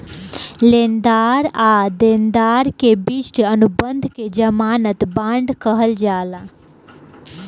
लेनदार आ देनदार के बिच के अनुबंध के ज़मानत बांड कहल जाला